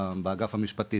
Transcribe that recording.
באגף המשפטי,